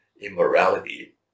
immorality